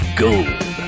gold